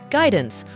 guidance